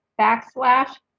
backslash